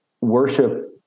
worship